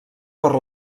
per